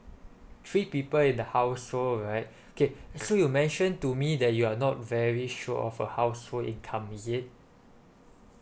three people in the household right okay so you mentioned to me that you are not very sure of a household income is it